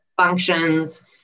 functions